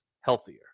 healthier